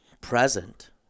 present